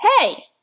hey